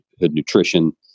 nutrition